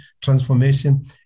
transformation